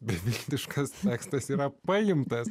beviltiškas tekstas yra paimtas